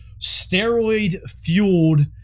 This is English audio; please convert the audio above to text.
steroid-fueled